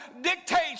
dictates